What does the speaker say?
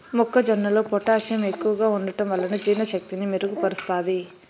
మొక్క జొన్నలో పొటాషియం ఎక్కువగా ఉంటడం వలన జీర్ణ శక్తిని మెరుగు పరుస్తాది